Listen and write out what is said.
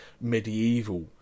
medieval